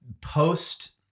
post